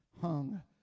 hung